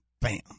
bam